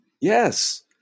Yes